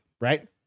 Right